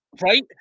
right